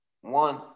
One